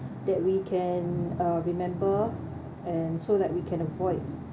that we can uh remember and so that we can avoid